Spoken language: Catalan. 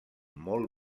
molt